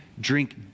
Drink